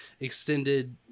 extended